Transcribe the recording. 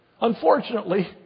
Unfortunately